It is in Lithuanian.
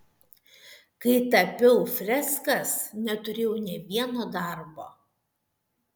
kai tapiau freskas neturėjau nė vieno darbo